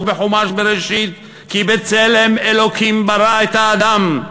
בחומש בראשית: כי בצלם אלוקים ברא את האדם?